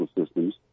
systems